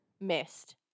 missed